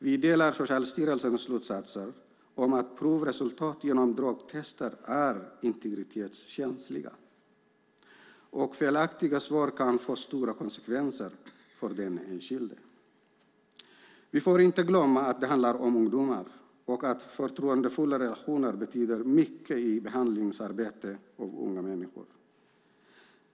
Vi delar Socialstyrelsens slutsatser om att provresultat genom drogtester är integritetskänsliga och att felaktiga svar kan få stora konsekvenser för den enskilde. Vi får inte glömma att det handlar om ungdomar och att förtroendefulla relationer betyder mycket i behandlingsarbete av unga människor.